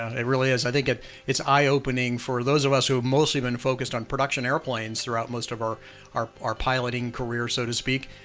it really is. i think ah it's eye-opening for those of us who've mostly been focused on production airplanes throughout most of our our piloting careers, so to speak,